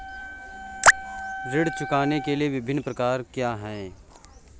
ऋण चुकाने के विभिन्न प्रकार क्या हैं?